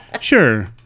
Sure